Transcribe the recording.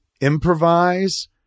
improvise